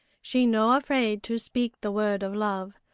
she no afraid to speak the word of love,